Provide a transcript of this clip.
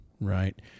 right